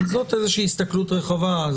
זאת איזושהי הסתכלות רחבה,